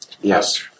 Yes